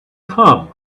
come